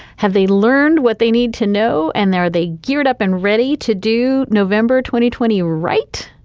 have they learned what they need to know? and there they geared up and ready to do. november twenty twenty. right?